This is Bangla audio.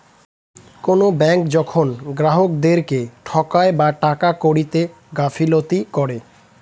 কোনো ব্যাঙ্ক যখন গ্রাহকদেরকে ঠকায় বা টাকা কড়িতে গাফিলতি করে